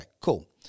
cool